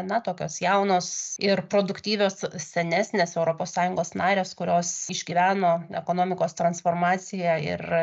na tokios jaunos ir produktyvios senesnės europos sąjungos narės kurios išgyveno ekonomikos transformaciją ir